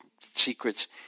secrets